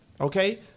okay